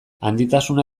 handitasuna